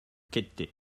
кетти